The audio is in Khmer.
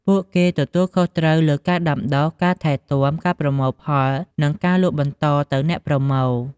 ពួកគេទទួលខុសត្រូវលើ ការដាំដុះ ការថែទាំ ការប្រមូលផល និងការលក់បន្តទៅអ្នកប្រមូល។